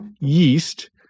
yeast